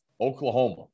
Oklahoma